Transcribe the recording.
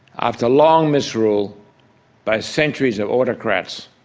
after long misrule by centuries of autocrats,